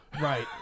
Right